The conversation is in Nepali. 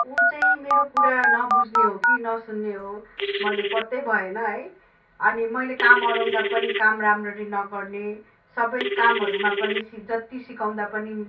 ऊ चाहिँ मेरो कुरा नबुझ्ने हो कि नसुन्ने हो मैले पत्तै भएन है अनि मैले काम अह्राउँदा पनि काम राम्ररी नगर्ने सबै कामहरूमा पनि जति सिकाउँदा पनि